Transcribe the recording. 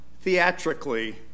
theatrically